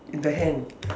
in the hand